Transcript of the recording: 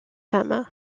femmes